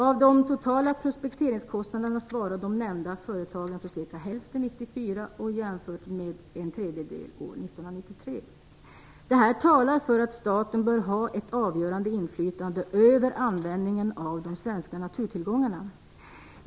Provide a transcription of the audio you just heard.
Av de totala prospekteringskostnaderna svarade de nämnda företagen för cirka hälften 1994, jämfört med en tredjedel 1993. Det här talar för att staten bör ha ett avgörande inflytande över användningen av de svenska naturtillgångarna.